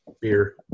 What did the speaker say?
beer